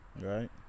Right